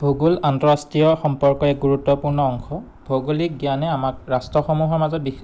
ভূগোল আন্তঃৰাষ্ট্ৰীয় সম্পৰ্ক এক গুৰুত্বপূৰ্ণ অংশ ভৌগোলিক জ্ঞানে আমাক ৰাষ্ট্ৰসমূহৰ মাজত বিশ